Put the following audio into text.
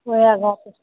ओहै घाट